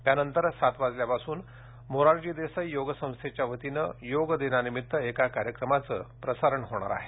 त्यानंतर सात वाजल्यापासून मोरारजी देसाई योग संस्थेच्या वतीन योग दिनानिमित्त एका कार्यक्रमाचं प्रसारण होणार आहे